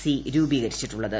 C രൂപീകരിച്ചിട്ടുള്ളത്